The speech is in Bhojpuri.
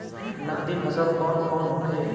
नकदी फसल कौन कौनहोखे?